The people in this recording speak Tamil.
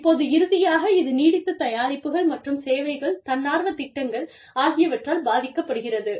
இப்போது இறுதியாக இது நீடித்த தயாரிப்புகள் மற்றும் சேவைகள் தன்னார்வத் திட்டங்கள் ஆகியவற்றால் பாதிக்கப்படுகிறது